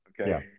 okay